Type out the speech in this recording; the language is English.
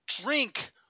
drink